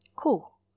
cool